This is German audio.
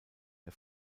der